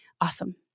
awesome